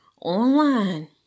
online